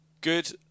good